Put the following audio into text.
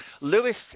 Lewis